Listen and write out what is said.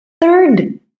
Third